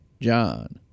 John